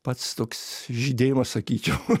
pats toks žydėjimas sakyčiau